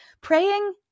Praying